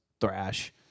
thrash